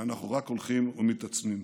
ואנחנו רק הולכים ומתעצמים.